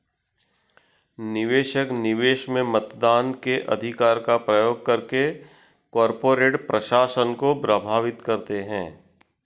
निवेशक, निवेश में मतदान के अधिकार का प्रयोग करके कॉर्पोरेट प्रशासन को प्रभावित करते है